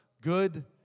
good